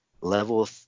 level